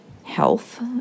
Health